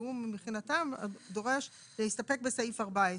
התיאום מבחינתם דורש להסתפק בסעיף 14,